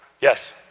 yes